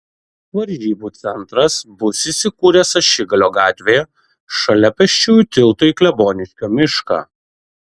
varžybų centras bus įsikūręs ašigalio gatvėje šalia pėsčiųjų tilto į kleboniškio mišką